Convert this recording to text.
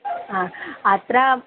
हा अत्र